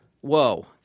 whoa